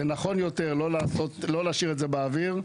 נכון יותר לא להשאיר את זה באוויר,